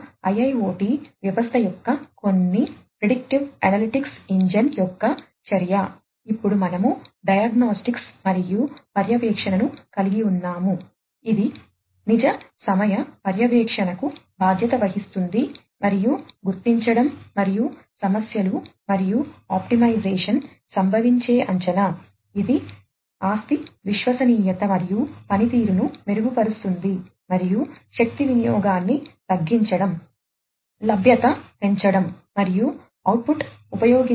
కాబట్టి సమాచార డొమైన్ వివిధ డొమైన్ల నుండి డేటాను సమీకరించటానికి బాధ్యత వహించే ఫంక్షన్ల సమితిని సూచిస్తుంది ఇక్కడ డేటా డేటా ప్రాసెసింగ్ నాణ్యత వాక్యనిర్మాణ పరివర్తన అర్థ పరివర్తన డేటా నిలకడ మరియు నిల్వ మరియు డేటా పంపిణీ కలిగి ఉంటుంది